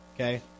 okay